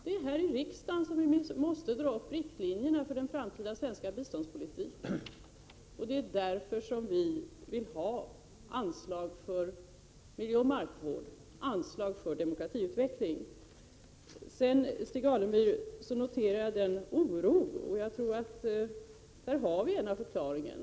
Det är här i riksdagen som vi måste dra upp riktlinjerna för den framtida svenska biståndspolitiken. Det är därför som vi vill ha anslag för miljöoch markvård och anslag för demokratiutveckling. Sedan noterade jag den oro Stig Alemyr visar, och där tror jag att vi har en förklaring.